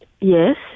Yes